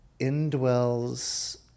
indwells